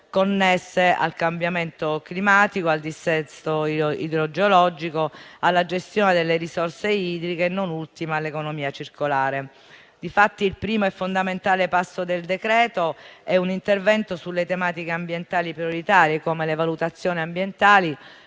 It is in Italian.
connesse al cambiamento climatico, al dissesto idrogeologico, alla gestione delle risorse idriche e, non ultima, all'economia circolare. Difatti, il primo e fondamentale passo del decreto è un intervento sulle tematiche ambientali prioritarie, come le valutazioni ambientali,